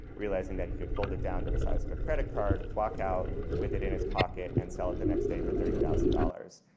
realizing that he could fold it down to the size of a credit card, walk out with it in his pocket, and sell it the next day for thirty thousand dollars.